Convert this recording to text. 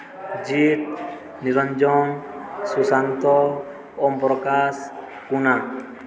Ajit Niranjan Sushant Om Prakash Kuna